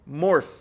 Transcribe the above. morph